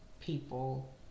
people